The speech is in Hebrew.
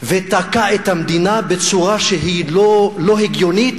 ותקע את המדינה בצורה שהיא לא הגיונית,